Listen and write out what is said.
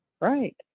right